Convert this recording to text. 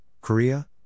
Korea